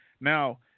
Now